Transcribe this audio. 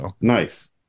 Nice